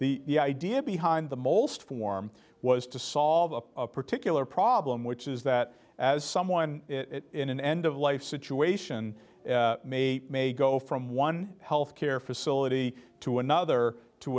the idea behind the most form was to solve particular problem which is that as someone in an end of life situation may may go from one health care facility to another to